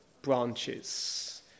Branches